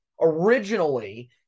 originally